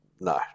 No